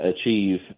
achieve